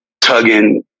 tugging